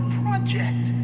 project